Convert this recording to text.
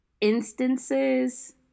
instances